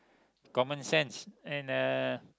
common sense and uh